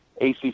ACC